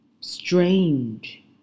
Strange